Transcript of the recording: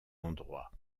endroits